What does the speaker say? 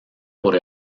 por